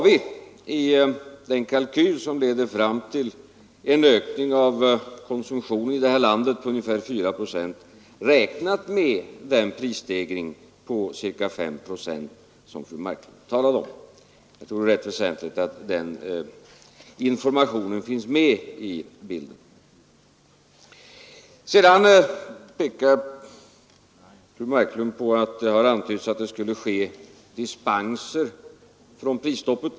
I den kalkyl som leder fram till en ökning av konsumtionen här i landet på ungefär 4 procent har vi räknat med den prisstegring på ca 5 procent som fru Marklund talar om. Jag tror att det är rätt väsentligt att den informationen finns med i bilden. Sedan pekar fru Marklund på att det har antytts att det skulle lämnas dispenser från prisstoppet.